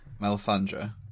Melisandre